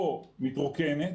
או מתרוקנת,